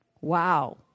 Wow